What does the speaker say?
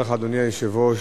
אדוני היושב-ראש,